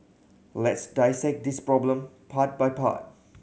let's dissect this problem part by part